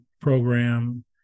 program